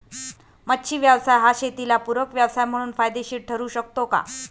मच्छी व्यवसाय हा शेताला पूरक व्यवसाय म्हणून फायदेशीर ठरु शकतो का?